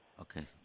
Okay